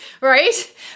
right